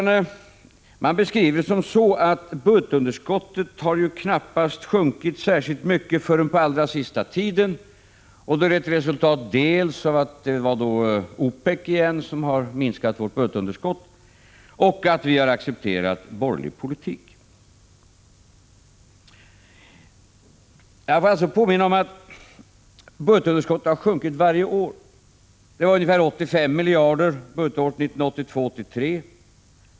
De borgerliga debattörerna beskriver läget så, att vårt budgetunderskott inte har sjunkit särskilt mycket förrän på den allra sista tiden, vilket är ett resultat dels av, återigen, att OPEC minskat budgetunderskottet, dels av att vi har accepterat borgerlig politik. Jag vill påminna om att budgetunderskottet har sjunkit varje år. Det var ungefär 85 miljarder budgetåret 1982/83.